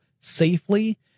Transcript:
safely